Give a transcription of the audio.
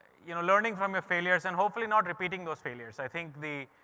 you know learning from your failures, and hopefully not repeating those failures. i think the,